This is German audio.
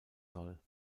soll